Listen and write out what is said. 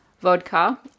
vodka